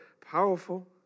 Powerful